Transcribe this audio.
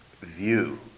view